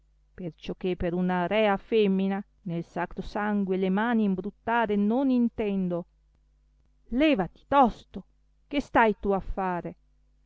vegga perciò che per una rea femmina nel sacro sangue le mani imbruttare non intendo levati tosto che stai tu a fare